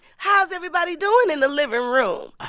how's everybody doing in the living room?